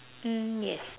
mm yes